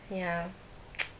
ya